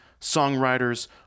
songwriters